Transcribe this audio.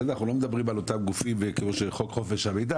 אנחנו לא מדברים על אותם גופים בחוק חופש המידע